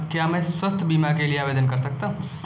क्या मैं स्वास्थ्य बीमा के लिए आवेदन कर सकता हूँ?